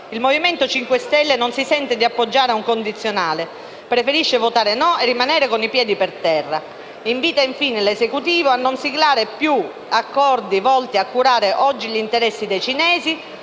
il Movimento 5 Stelle non si sente di appoggiare un condizionale, ma preferisce votare no e rimanere con i piedi per terra. Invita, infine, l'Esecutivo a non siglare più accordi volti a curare oggi gli interessi dei cinesi